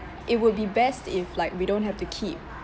it would be best if like we don't have to keep